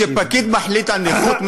מחליט על נכות?